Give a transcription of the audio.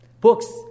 Books